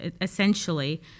essentially